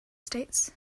states